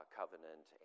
covenant